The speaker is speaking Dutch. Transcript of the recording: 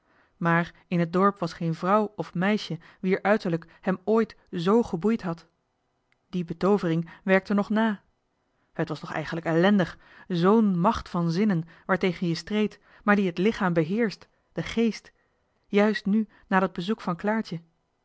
maar in het dorp was geen vrouw of meisje wier uiterlijk hem ooit z geboeid had die betoovering werkte nog na het was toch eigenlijk ellendig z'n macht van zinnen waartegen je streed maar die het lichaam beheerscht den geest juist nu na dat bezoek van claartje